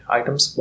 items